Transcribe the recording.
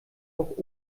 auch